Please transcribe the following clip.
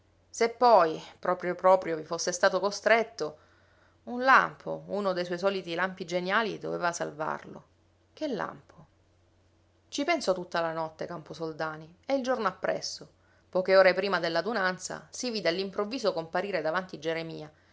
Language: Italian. se poi proprio proprio vi fosse stato costretto un lampo uno dei suoi soliti lampi geniali doveva salvarlo che lampo ci pensò tutta la notte camposoldani e il giorno appresso poche ore prima dell'adunanza si vide all'improvviso comparire davanti geremia